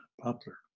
poplar